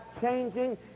changing